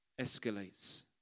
escalates